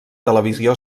televisió